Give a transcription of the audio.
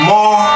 More